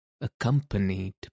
accompanied